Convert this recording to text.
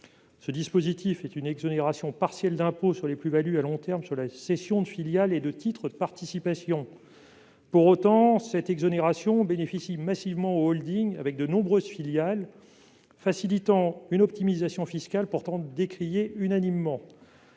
en France, une exonération partielle d'impôt sur les plus-values à long terme sur la cession de filiales et de titres de participation. Pour autant, cette exonération bénéficie massivement aux holdings avec de nombreuses filiales, facilitant une optimisation fiscale pourtant décriée unanimement.